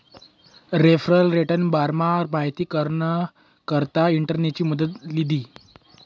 referral रेटना बारामा माहिती कराना करता इंटरनेटनी मदत लीधी